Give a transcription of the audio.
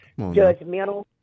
judgmental